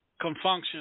Confunction